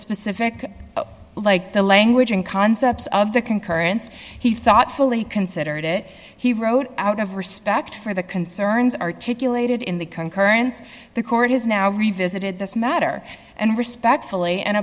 specific like the language and concepts of the concurrence he thoughtfully considered it he wrote out of respect for the concerns articulated in the concordance the court has now revisited this matter and respect really and